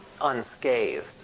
unscathed